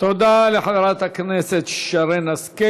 תודה לחברת הכנסת שרן השכל.